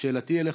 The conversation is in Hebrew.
שאלתי אליך,